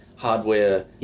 Hardware